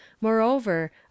Moreover